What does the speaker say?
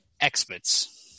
experts